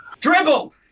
Dribble